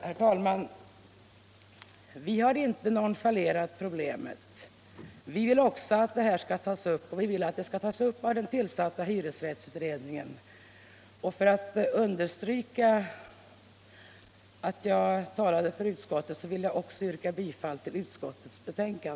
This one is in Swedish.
Herr talman! Utskottet har inte nonchalerat problemet utan vill att frågan skall tas upp av den tillsatta hyresrättsutredningen. För att understryka att jag talade för utskottet vill jag också yrka bifall till dess hemställan.